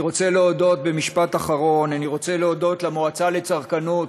במשפט אחרון, אני רוצה להודות למועצה לצרכנות,